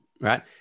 Right